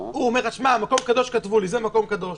הוא אומר: כתבו לי זה מקום קדוש.